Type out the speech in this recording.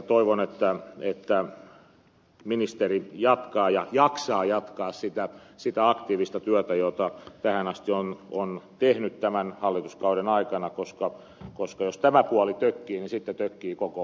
toivon että ministeri jatkaa ja jaksaa jatkaa sitä aktiivista työtä jota tähän asti on tehnyt tämän hallituskauden aikana koska jos tämä puoli tökkii niin sitten tökkii koko yhteiskunta